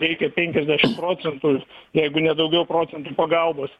reikia penkiasdešim procentų jeigu ne daugiau procentų pagalbos